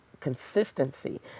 consistency